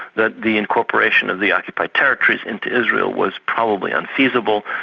that the incorporation of the occupied territories into israel was probably unfeasible,